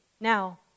Now